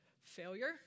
failure